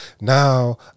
Now